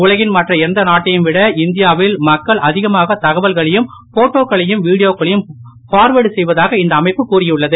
உலகில் மற்ற எந்த நாட்டைவிட இந்தியாவில் மக்கள் அதிகமாக தகவல்களையும் போட்டோ க்களையும் வீடியோக்களையும் பார்வேர்டு செய்வதாக இந்த அமைப்பு கூறியுள்ளது